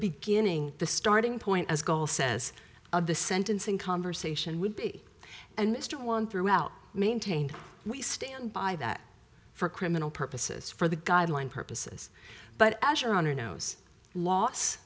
beginning the starting point as goal says of the sentencing conversation would be and still on throughout maintained we stand by that for criminal purposes for the guideline purposes but as your honor knows loss